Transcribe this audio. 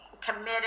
committed